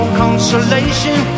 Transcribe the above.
consolation